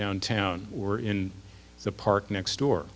downtown or in the park next door